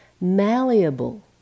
Malleable